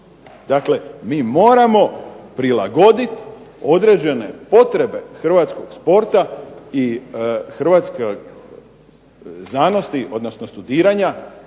Dakle, mi moramo prilagodit određene potrebe hrvatskog sporta i hrvatske znanosti odnosno studiranja